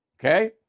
Okay